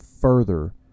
further